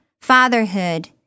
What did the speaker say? fatherhood